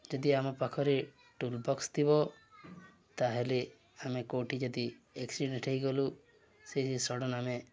ଯଦି ଆମ ପାଖରେ ଟୁଲ୍ ବକ୍ସ ଥିବ ତା'ହେଲେ ଆମେ କେଉଁଠି ଯଦି ଏକ୍ସିଡେଣ୍ଟ୍ ହେଇଗଲୁ ସେ ସଡନ୍ ଆମେ